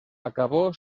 acabó